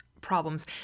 problems